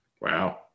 Wow